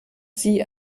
sie